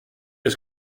est